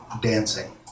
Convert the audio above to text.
dancing